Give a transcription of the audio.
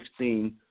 2016